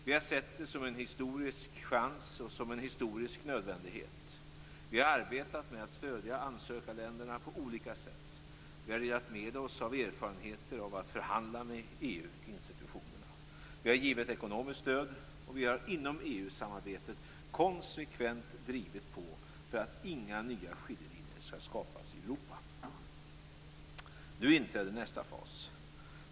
Vi har sett det som en historisk chans och som en historisk nödvändighet. Vi har arbetat med att stödja ansökarländerna på olika sätt. Vi har delat med oss av erfarenheter av att förhandla med EU institutionerna. Vi har givit ekonomiskt stöd. Vi har inom EU-samarbetet konsekvent drivit på för att inga nya skiljelinjer skall skapas i Europa. Nu inträder nästa fas.